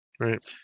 Right